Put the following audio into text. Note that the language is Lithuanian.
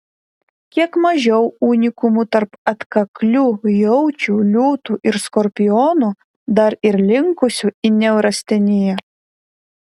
kiek mažiau unikumų tarp atkaklių jaučių liūtų ir skorpionų dar ir linkusių į neurasteniją